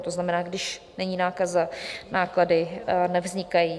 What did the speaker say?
To znamená, když není nákaza, náklady nevznikají.